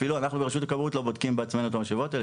אפילו אנחנו ברשות הכבאות לא בודקים בעצמנו את המשאבות האלו,